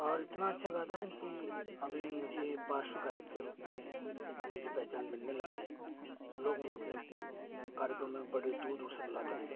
और इतना अच्छा गाता हूँ कि अभी मुझे पार्श्वगायक के रूप में मुझे पहचान मिलने लगी है लोग मुझे अपने कार्यक्रम में बड़े दूर दूर से बुलाते हैं